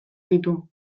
ditu